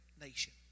nation